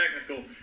technical